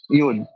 yun